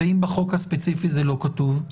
אם בחוק הספציפי זה לא כתוב,